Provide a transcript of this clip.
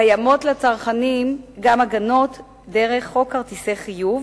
קיימות לצרכנים גם הגנות דרך חוק כרטיסי חיוב